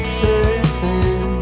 surfing